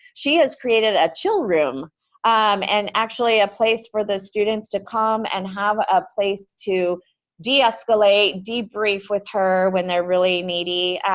she has created a chill room and actually a place for the students to come and have a place to deescalate, debrief with her when they're really needy.